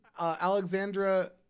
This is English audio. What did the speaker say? Alexandra